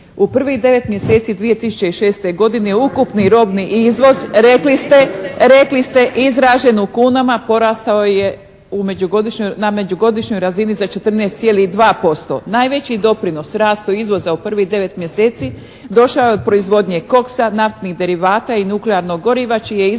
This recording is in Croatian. U prvih devet mjeseci 2006. godine ukupni robni izvoz, rekli ste izražen u kunama porastao je na međugodišnjoj razini za 14,2%. Najveći doprinos rastu izvoza u prvih devet mjeseci došao je od proizvodnje koksa, naftnih derivata i nuklearnog goriva čiji je